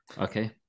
okay